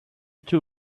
two